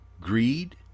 greed